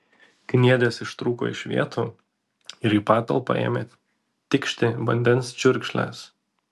kniedės ištrūko iš vietų ir į patalpą ėmė tikšti vandens čiurkšlės